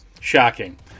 Shocking